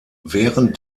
während